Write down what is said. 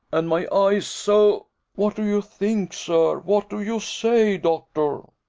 and my eyes so what do you think, sir? what do you say, doctor?